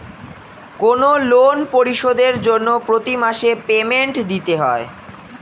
কোনো লোন পরিশোধের জন্য প্রতি মাসে পেমেন্ট দিতে হয়